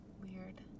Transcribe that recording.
weird